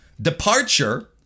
departure